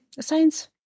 science